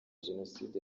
jenoside